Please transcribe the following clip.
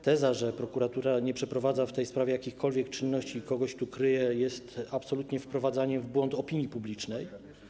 Teza, że prokuratura nie przeprowadza w tej sprawie jakichkolwiek czynności i kogoś kryje, jest absolutnie wprowadzaniem w błąd opinii publicznej.